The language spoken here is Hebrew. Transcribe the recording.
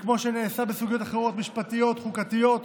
כמו שנעשה בסוגיות אחרות, משפטיות וחוקתיות,